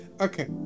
Okay